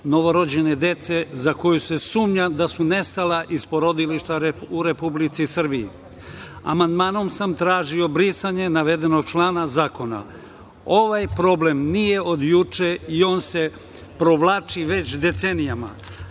novorođene dece, za koju se sumnja da su nestala iz porodilišta u Republici Srbiji. Amandmanom sam tražio brisanje navedenog člana zakona. Ovaj problem nije od juče i on se provlači već decenijama.